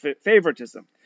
favoritism